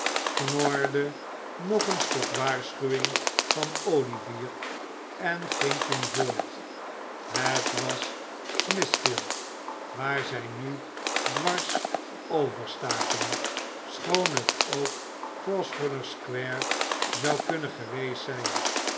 knorde nog eens tot waarschuwing van olivier en ging toen voort het was smithfield waar zij nu dwars overstaken schoon het ook grosvenor square zou kunnen geweest zijn